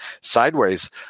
sideways